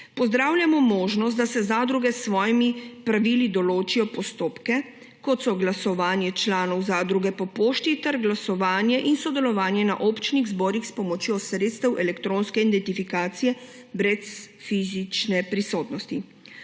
Pozdravljamo možnost, da zadruge s svojimi pravili določijo postopke, kot so glasovanje članov zadruge po pošti ter glasovanje in sodelovanje na občnih zborih s pomočjo sredstev elektronske identifikacije brez fizične prisotnosti.